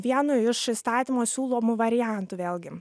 vienu iš įstatymo siūlomų variantų vėlgi